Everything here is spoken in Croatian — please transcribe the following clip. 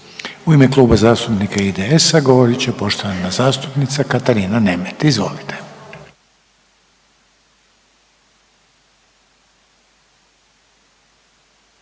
U ime Kluba zastupnika HSS-a i RF-a govorit će poštovana zastupnica Katarina Peović. Izvolite.